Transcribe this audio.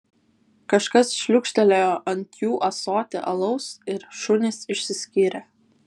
kažkas šliūkštelėjo ant jų ąsotį alaus ir šunys išsiskyrė